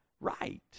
right